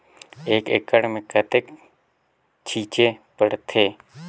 एक एकड़ मे कतेक छीचे पड़थे?